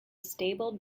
stable